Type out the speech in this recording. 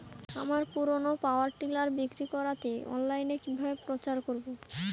আমার পুরনো power tiller বিক্রি করাতে অনলাইনে কিভাবে প্রচার করব?